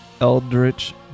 Eldritch